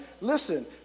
listen